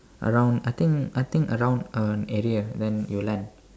around I think I think around an area then you land